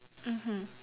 mmhmm